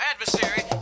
adversary